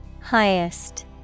Highest